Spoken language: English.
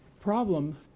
problem